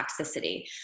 toxicity